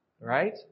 right